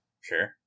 Sure